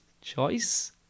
choice